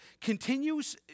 continues